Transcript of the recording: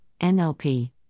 NLP